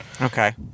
Okay